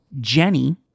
Jenny